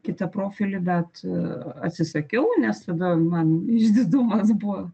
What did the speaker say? kitą profilį bet atsisakiau nes tada man išdidumas buvo